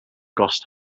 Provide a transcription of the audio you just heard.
gost